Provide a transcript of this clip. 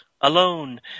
alone